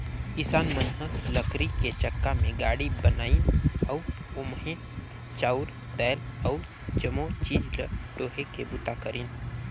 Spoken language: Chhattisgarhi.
किसान मन ह लकरी के चक्का ले गाड़ी बनाइन अउ ओम्हे चाँउर दायल अउ जमो चीज ल डोहे के बूता करिन